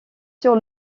sur